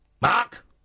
Mark